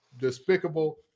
Despicable